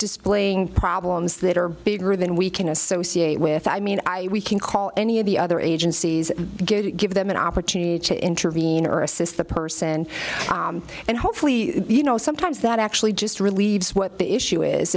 displaying problems that are bigger than we can associate with i mean i can call any of the other agencies give them an opportunity to intervene or assist the person and hopefully you know sometimes that actually just relieves what the issue is